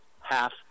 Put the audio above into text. half